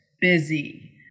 busy